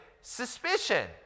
suspicion